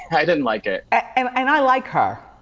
i didn't like it. and and i like her.